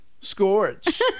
Scorch